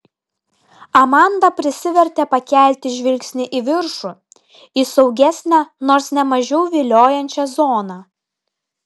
amanda prisivertė pakelti žvilgsnį į viršų į saugesnę nors ne mažiau viliojančią zoną